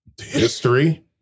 History